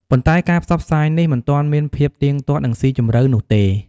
ប៉ុន្តែការផ្សព្វផ្សាយនេះមិនទាន់មានភាពទៀងទាត់ និងស៊ីជម្រៅនោះទេ។